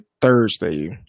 Thursday